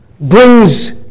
brings